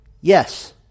Yes